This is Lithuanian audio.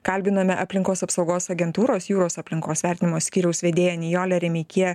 kalbinome aplinkos apsaugos agentūros jūros aplinkos vertinimo skyriaus vedėją nijolę remeikie